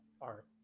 art